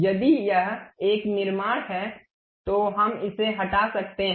यदि यह एक निर्माण है तो हम इसे हटा सकते हैं